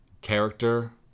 character